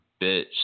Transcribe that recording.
bitch